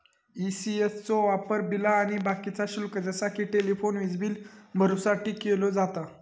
ECS चो वापर बिला आणि बाकीचा शुल्क जसा कि टेलिफोन, वीजबील भरुसाठी केलो जाता